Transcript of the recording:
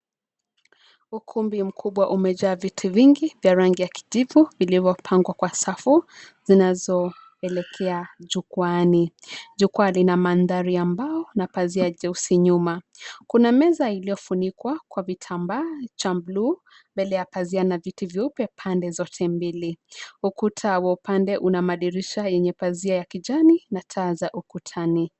Ukumbi mkubwa umejaa viti vingi vya rangi ya kijivu vilivyopangwa kwa safu, zinazoelekea jukwaani. Jukwaa lina mandhari ya mbao na pazia jeusi nyuma. Kuna meza iliyofunikwa kwa vitambaa cha bluu, mbele ya pazia na viti vyeupe pande zote mbili. Ukuta wa upande una madirisha yenye pazia ya kijani na taa za ukutani.